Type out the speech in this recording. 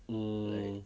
mm